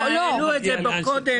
העלו את זה כבר קודם.